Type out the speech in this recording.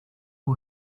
who